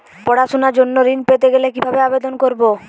পড়াশুনা জন্য ঋণ পেতে কিভাবে আবেদন করব?